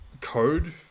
code